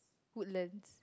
Woodlands